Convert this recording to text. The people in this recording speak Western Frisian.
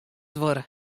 duorre